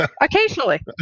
occasionally